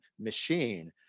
machine